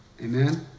Amen